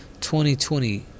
2020